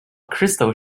crystal